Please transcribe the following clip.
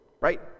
right